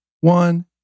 one